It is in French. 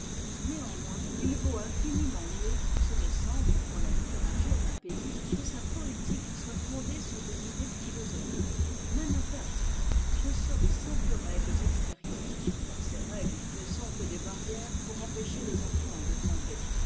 néanmoins il vaut infiniment mieux ce me semble pour la littérature d'un pays que sa poétique soit fondée sur des idées philosophiques même un peu abstraites que sur de simples règles extérieures car ces règles ne sont que des barrières pour empêcher les enfants de tomber